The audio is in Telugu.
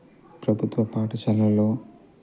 ప్రభుత్వ పాఠశాలలో